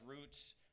roots